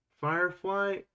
Firefly